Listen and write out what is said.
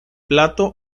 plato